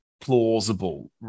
plausible